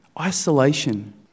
Isolation